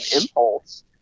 impulse